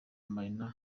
marina